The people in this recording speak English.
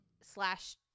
slash